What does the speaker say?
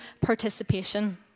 participation